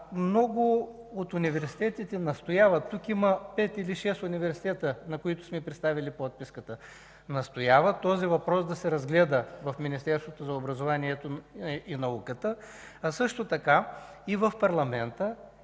Много от университетите настояват – тук има пет или шест университета, на които сме представили подписката – които настояват този въпрос да се разгледа в Министерството на образованието и науката, а също и в парламента